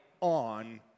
on